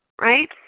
right